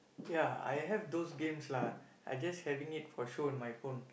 ya I have those games lah I just having it for show in my phone